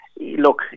look